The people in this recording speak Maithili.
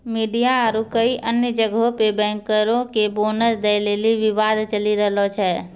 मिडिया आरु कई अन्य जगहो पे बैंकरो के बोनस दै लेली विवाद चलि रहलो छै